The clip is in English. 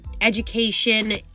education